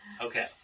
Okay